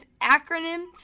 acronyms